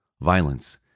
Violence